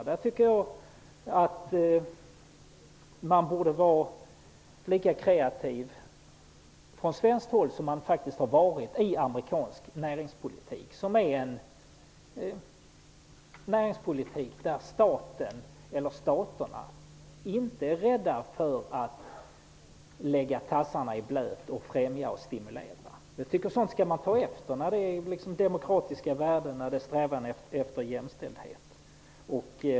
Jag tycker att man borde vara lika kreativ från svenskt håll som man faktiskt har varit i amerikansk näringspolitik, där staten -- eller staterna -- inte är rädd för att lägga tassarna i blöt för att främja och stimulera. Sådant skall man ta efter, anser jag, när det är fråga om demokratiska värden och strävan efter jämställdhet.